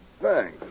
Thanks